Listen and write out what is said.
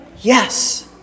yes